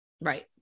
Right